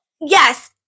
yes